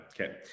okay